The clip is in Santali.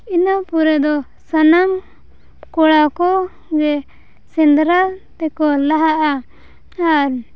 ᱤᱱᱟᱹ ᱯᱚᱨᱮ ᱫᱚ ᱥᱟᱱᱟᱢ ᱠᱚᱲᱟ ᱠᱚ ᱡᱮ ᱥᱮᱸᱫᱽᱨᱟ ᱛᱮᱠᱚ ᱞᱟᱦᱟᱜᱼᱟ ᱟᱨ